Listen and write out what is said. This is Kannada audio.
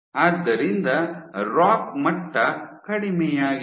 ಆದ್ದರಿಂದ ರಾಕ್ ಮಟ್ಟ ಕಡಿಮೆಯಾಗಿದೆ